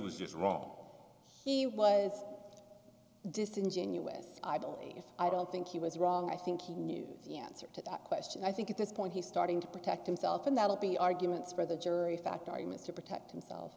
was just wrong he was disingenuous i boldly if i don't think he was wrong i think he knew the answer to that question i think at this point he's starting to protect himself and that would be arguments for the jury fact arguments to protect himself